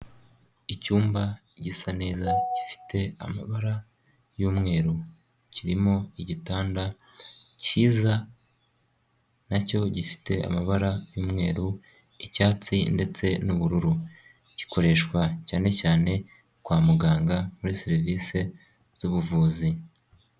Icyumba gisa neza gifite amabara y'umweru. Kirimo igitanda cyiza nacyo gifite amabara yu'mweru, icyatsi ndetse n'ubururu. Gikoreshwa cyane cyane kwa muganga muri serivisi z'ubuvuzi.